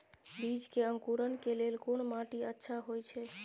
बीज के अंकुरण के लेल कोन माटी अच्छा होय छै?